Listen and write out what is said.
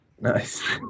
Nice